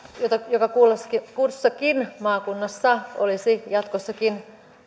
jonka kussakin maakunnassa olisi jatkossakin